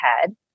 head